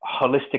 holistic